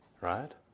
Right